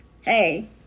Hey